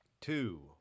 two